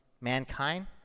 mankind